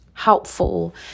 helpful